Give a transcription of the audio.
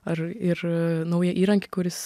ar ir naują įrankį kuris